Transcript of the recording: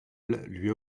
lui